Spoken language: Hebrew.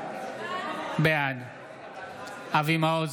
בעד אבי מעוז,